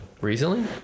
Recently